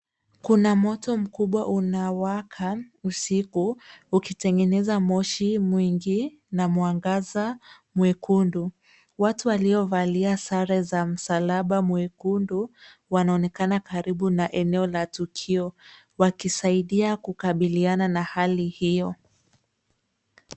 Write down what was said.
Kuna moto mkubwa unaowaka usiku ukitengeneza moshi mwingi na mwangaza mwekundu. Watu waliovalia sare za msalaba mwekundu wanaonekana karibu na eneo la tukio, wakisaidia kukabiliana na hali hiyo.